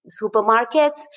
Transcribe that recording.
supermarkets